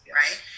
right